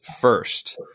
First